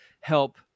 help